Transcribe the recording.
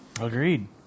Agreed